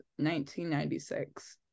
1996